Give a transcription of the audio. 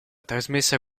trasmessa